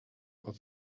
aus